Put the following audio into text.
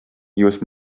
jūs